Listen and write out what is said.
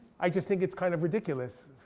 i just think it's kind of ridiculous.